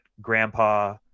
grandpa